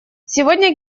сегодня